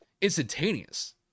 instantaneous